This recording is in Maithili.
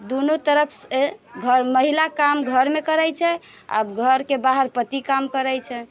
जब दूनू तरफसँ जब महिला काम घरमे करै छै आ घरके बाहर पति काम करै छै